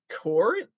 court